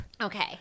Okay